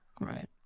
Right